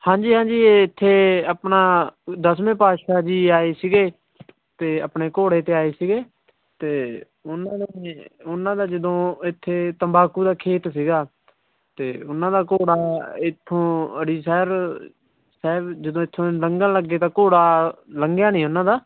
ਹਾਂਜੀ ਹਾਂਜੀ ਇੱਥੇ ਆਪਣਾ ਦਸਵੇਂ ਪਾਤਸ਼ਾਹ ਜੀ ਆਏ ਸੀਗੇ ਅਤੇ ਆਪਣੇ ਘੋੜੇ 'ਤੇ ਆਏ ਸੀਗੇ ਅਤੇ ਉਹਨਾਂ ਨੂੰ ਵੀ ਉਹਨਾਂ ਦਾ ਜਦੋਂ ਇੱਥੇ ਤੰਬਾਕੂ ਦਾ ਖੇਤ ਸੀਗਾ ਅਤੇ ਉਹਨਾਂ ਦਾ ਘੋੜਾ ਇੱਥੋਂ ਅੜੀ ਸਾਹਿਬ ਸਾਹਿਬ ਜਦੋਂ ਇੱਥੋਂ ਦੀ ਲੰਘਣ ਲੱਗੇ ਤਾਂ ਘੋੜਾ ਲੰਘਿਆ ਨਹੀਂ ਉਹਨਾਂ ਦਾ